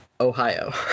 Ohio